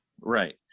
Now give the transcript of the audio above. Right